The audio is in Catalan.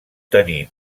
tenir